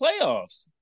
playoffs